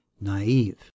naive